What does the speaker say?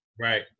Right